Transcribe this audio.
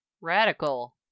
Radical